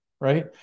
Right